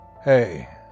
Hey